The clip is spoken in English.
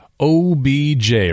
OBJ